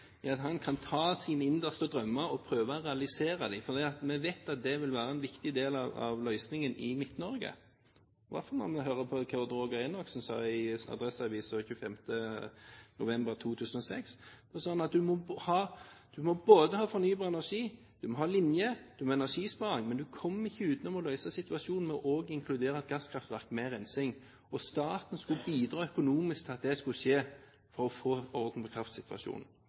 til at han kan ta sine innerste drømmer og prøve å realisere dem, for vi vet at det vil være en viktig del av løsningen i Midt-Norge – i hvert fall når man leser hva Odd Roger Enoksen sa i Adresseavisen 25. november 2006. Da sa han at man må ha både fornybar energi, linje og energisparing, men for å løse situasjonen kommer man ikke utenom å inkludere et gasskraftverk med rensing. Staten skulle bidra økonomisk til at det skulle skje, for å få orden på kraftsituasjonen.